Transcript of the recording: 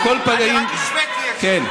אני רק השוויתי את, כן.